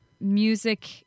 music